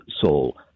soul